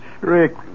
Rick